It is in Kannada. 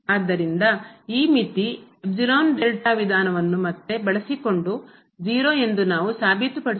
ಆದ್ದರಿಂದ ಈ ಮಿತಿ ವಿಧಾನವನ್ನು ಮತ್ತೆ ಬಳಸಿಕೊಂಡು 0 ಎಂದು ನಾವು ಸಾಬೀತುಪಡಿಸುತ್ತೇವೆ